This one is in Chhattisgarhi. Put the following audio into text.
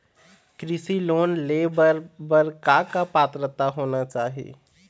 कृषि लोन ले बर बर का का पात्रता होना चाही?